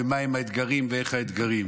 מהם האתגרים ואיך האתגרים: